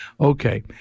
Okay